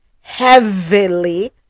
heavily